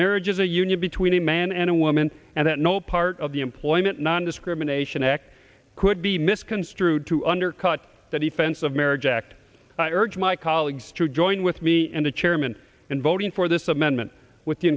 marriage is a union between a man and a woman and that no part of the employment nondiscrimination act could be misconstrued to undercut the defense of marriage act i urge my colleagues to join with me and the chairman in voting for this amendment with the